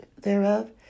thereof